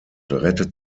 rettet